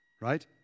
right